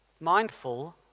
mindful